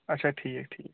اچھا ٹھیٖک ٹھیٖک